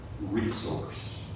resource